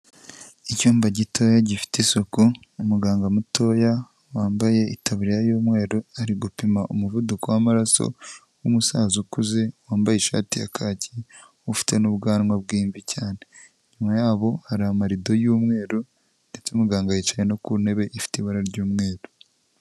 Icyumba gitoya gifite isuku umuganga mutoya wambaye itaburiya y'umweru ari gupima umuvuduko w'amaraso umusaza ukuze wambaye ishati ya kake ufite n'ubwanwa bw'imvi cyane, inyuma yabo hari amarido y'umweru ndetse muganga yicaye no ku ntebe ifite ibara ry'umweru.